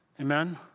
Amen